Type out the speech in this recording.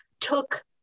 took